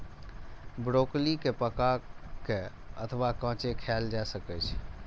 broccoli कें पका के अथवा कांचे खाएल जा सकै छै